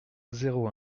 zéro